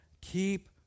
Keep